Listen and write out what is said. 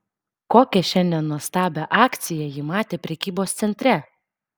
kokią šiandien nuostabią akciją ji matė prekybos centre